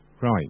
Right